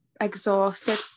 exhausted